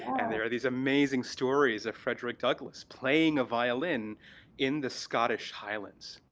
and there are these amazing stories of frederick douglas playing a violin in the scottish highlands.